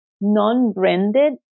non-branded